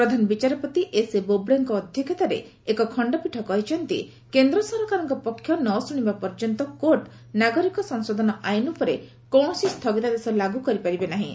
ପ୍ରଧାନ ବିଚାରପତି ଏସ୍ଏ ବୋବ୍ଡେଙ୍କ ଅଧ୍ୟକ୍ଷତାରେ ଏକ ଖଶ୍ତପୀଠ କହିଛନ୍ତି କେନ୍ଦ୍ର ସରକାରଙ୍କ ପକ୍ଷ ନ ଶୁଣିବା ପର୍ଯ୍ୟନ୍ତ କୋର୍ଟ ନାଗରିକ ସଂଶୋଧନ ଆଇନ ଉପରେ କୌଣସି ସ୍ଥଗିତାଦେଶ ଲାଗୁ କରିପାରିବେ ନାହିଁ